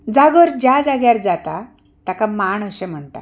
जागर ज्या जाग्यार जाता ताका मांड अशें म्हणटा